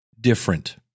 different